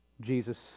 Jesus